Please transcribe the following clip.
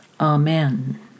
Amen